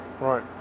Right